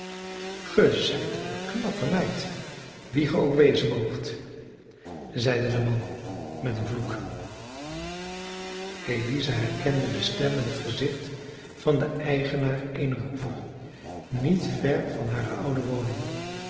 zijt een knappe meid wie ge ook wezen moogt zeide de man met een vloek eliza herkende de stem en het gezicht van den eigenaar eener hoeve niet ver van hare oude woning